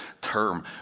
term